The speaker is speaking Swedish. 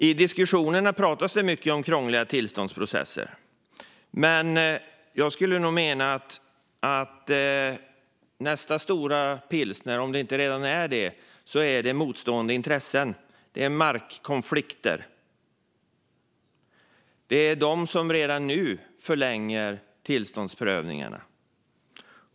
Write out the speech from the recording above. I diskussionerna pratas det mycket om krångliga tillståndsprocesser. Men jag skulle nog mena att nästa stora pilsner - om vi inte redan är där - är motstående intressen, markkonflikter. Det är de som redan nu förlänger tillståndsprövningarna.